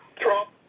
Trump